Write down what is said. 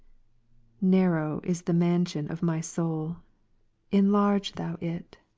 narrow is the mansion of my soul enlarge thou it,